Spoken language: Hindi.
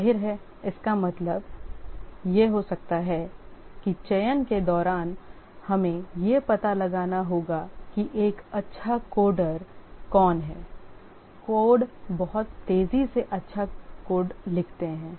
जाहिर है इसका मतलब यह हो सकता है कि चयन के दौरान हमें यह पता लगाना होगा कि एक अच्छा कोडर कौन है कोड बहुत तेजी से अच्छा कोड लिखते हैं